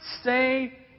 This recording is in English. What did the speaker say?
stay